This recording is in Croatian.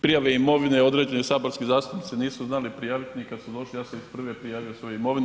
Prijave imovine, određeni saborski zastupnici nisu znali prijaviti ni kada su došli, ja sam iz prve prijavio svoju imovinu.